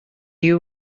you